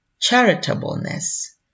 charitableness